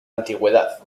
antigüedad